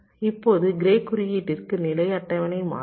இப்போது க்ரே குறியீட்டிற்கு நிலை அட்டவணை மாறும்